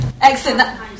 Excellent